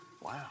Wow